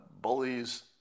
bullies